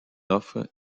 offre